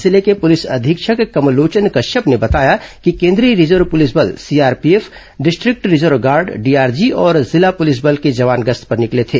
जिले के पुलिस अधीक्षक कमलोचन कश्यप ने बताया कि केन्द्रीय रिजर्व पुलिस बल CRPF district reserve guard DRG और जिला प्रलिस बल के जवान गश्त पर निकले थे